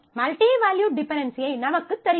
multi valued dependency ஐ நமக்குத் தருகிறது